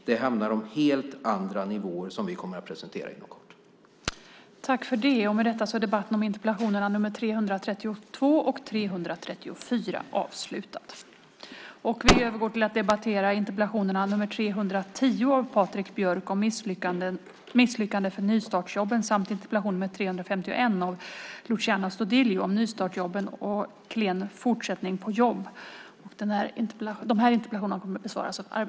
Det handlar om helt andra nivåer, som vi kommer att presentera inom kort.